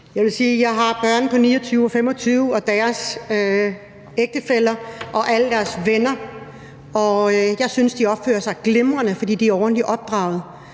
Jeg har børn på 29 og 25 år – og de har deres ægtefæller og alle deres venner – og jeg synes, at de opfører sig glimrende, fordi de er ordentligt opdraget.